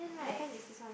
left hand is this one